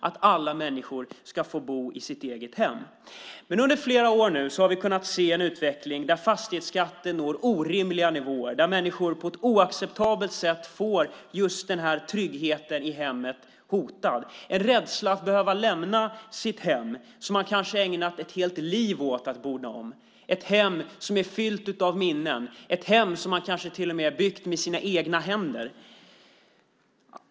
Alla människor ska få bo i sitt eget hem. Men under flera år nu har vi kunnat se en utveckling där fastighetsskatten når orimliga nivåer, där människor på ett oacceptabelt sätt får just den här tryggheten i hemmet hotad. Det finns en rädsla att behöva lämna sitt hem, som man kanske har ägnat ett helt liv åt att bona om. Det är ett hem som är fyllt av minnen - ett hem som man kanske till och med har byggt med sina egna händer.